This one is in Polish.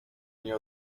nie